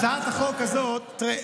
תראה,